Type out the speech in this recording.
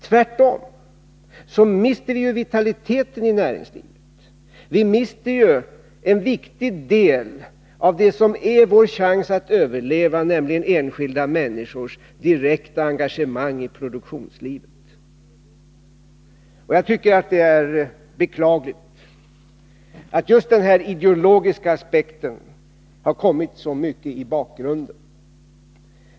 Tvärtom mister vi därigenom vitaliteten i näringslivet. Vi mister en viktig del av det som är vår chans att överleva, nämligen enskilda människors direkta engagemang i produktionslivet. Jag tycker det är beklagligt att just denna ideologiska aspekt har kommit så mycket i bakgrunden.